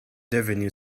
devenue